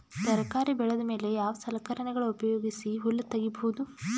ತರಕಾರಿ ಬೆಳದ ಮೇಲೆ ಯಾವ ಸಲಕರಣೆಗಳ ಉಪಯೋಗಿಸಿ ಹುಲ್ಲ ತಗಿಬಹುದು?